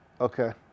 Okay